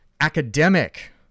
academic